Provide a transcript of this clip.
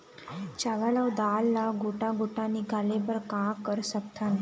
चावल अऊ दाल ला गोटा गोटा निकाले बर का कर सकथन?